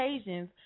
occasions